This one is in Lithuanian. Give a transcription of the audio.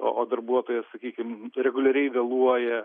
o o darbuotojas sakykim reguliariai vėluoja